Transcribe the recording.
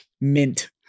Mint